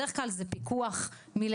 בדרך כלל זה פיקוח מלמעלה,